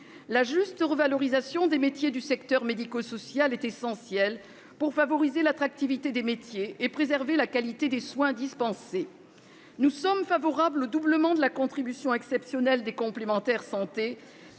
La juste revalorisation des métiers du secteur médico-social est essentielle pour favoriser l'attractivité des métiers et préserver la qualité des soins dispensés. Nous sommes favorables au doublement de la contribution exceptionnelle des complémentaires santé,